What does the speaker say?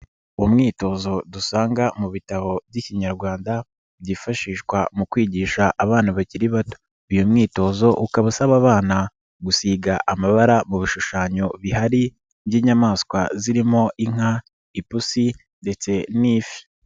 Umwitozo dusanga mu bitabo by'Ikinyarwanda, byifashishwa mu kwigisha abana bakiri bato. Uyu m mwitozo ukaba usaba abana gusiga amabara mu bishushanyo bihari by'inyamaswa zirimo inka, ipusi ndetse n'ifi.